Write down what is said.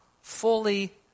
fully